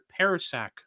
Parasak